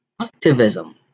activism